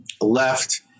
left